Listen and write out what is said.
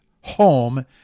home